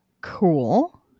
Cool